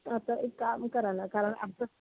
हं तर एक काम करा ना कारण आमचं